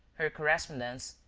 her correspondence,